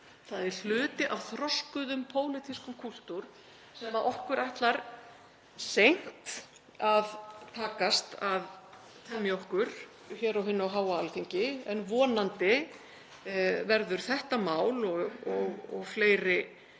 Það er hluti af þroskuðum pólitískum kúltúr sem okkur ætlar seint að takast að temja okkur hér á hinu háa Alþingi. En vonandi verður þetta mál og önnur